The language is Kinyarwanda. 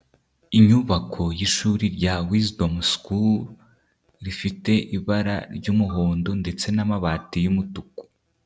Inyubako y'ishuri rya wizidomu sikuru rifite ibara ry'umuhondo ndetse n'amabati y'umutuku.